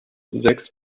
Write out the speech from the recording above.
sechs